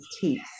teeth